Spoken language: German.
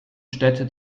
städte